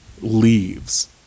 leaves